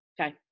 Okay